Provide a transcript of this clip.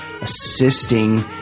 assisting